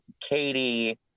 Katie